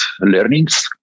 learnings